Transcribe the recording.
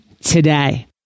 today